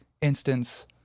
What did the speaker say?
instance